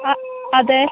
ആ അതെ